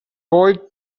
boy